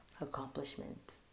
accomplishment